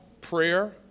prayer